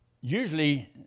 usually